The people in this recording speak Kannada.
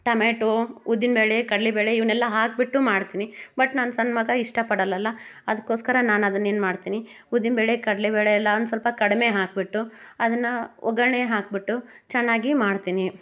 ಟಮೇಟೊ ಉದ್ದಿನಬೇಳೆ ಕಡಲೆಬೇಳೆ ಇವನ್ನೆಲ್ಲ ಹಾಕಿಬಿಟ್ಟು ಮಾಡ್ತೀನಿ ಬಟ್ ನನ್ನ ಸಣ್ಣ ಮಗ ಇಷ್ಟ ಪಡಲ್ಲಲ ಅದಕ್ಕೋಸ್ಕರ ನಾನು ಅದನ್ನು ಏನು ಮಾಡ್ತೀನಿ ಉದ್ದಿನಬೇಳೆ ಕಡಲೆಬೇಳೆ ಎಲ್ಲ ಒಂದು ಸ್ವಲ್ಪ ಕಡಿಮೆ ಹಾಕಿಬಿಟ್ಟು ಅದನ್ನು ಒಗ್ಗರಣೆ ಹಾಕಿಬಿಟ್ಟು ಚೆನ್ನಾಗಿ ಮಾಡ್ತೀನಿ